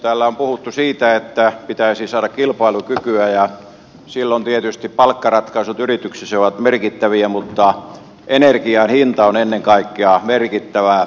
täällä on puhuttu siitä että pitäisi saada kilpailukykyä ja silloin tietysti palkkaratkaisut yrityksissä ovat merkittäviä mutta energian hinta on ennen kaikkea merkittävä